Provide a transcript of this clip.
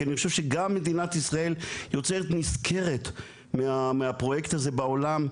כי אני חושב שגם מדינת ישראל יוצאת נשכרת מהפרויקט הזה בעולם,